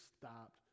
stopped